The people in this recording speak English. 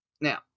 now